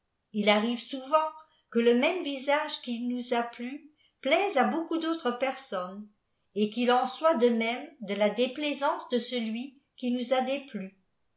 il arrive souvent que le même visage qui nous a plu plaise à beaucoup d'autres personnes et quil en soit de même de la déplaisance de celui qui nous a déplu